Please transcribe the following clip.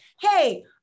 hey